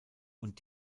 und